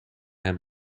hem